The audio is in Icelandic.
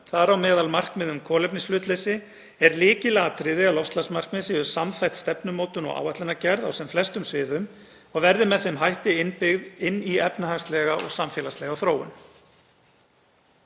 þar á meðal markmiði um kolefnishlutleysi, er lykilatriði að loftslagsmarkmið séu samþætt stefnumótun og áætlanagerð á sem flestum sviðum og verði með þeim hætti innbyggð inn í efnahagslega og samfélagslega þróun.